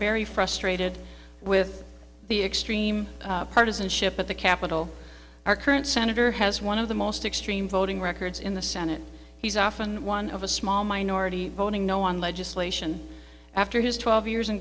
very frustrated with the extreme partisanship at the capitol our current senator has one of the most extreme voting records in the senate he's often one of a small minority voting no on legislation after his twelve years in